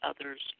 others